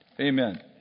Amen